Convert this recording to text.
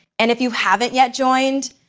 and if you haven't yet joined,